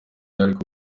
ariko